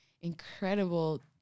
incredible